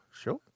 sure